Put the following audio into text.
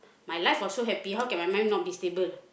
my life got so happy how can my mind not be stable